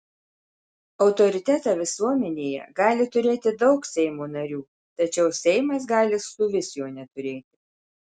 autoritetą visuomenėje gali turėti daug seimo narių tačiau seimas gali suvis jo neturėti